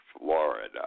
Florida